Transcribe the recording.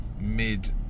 mid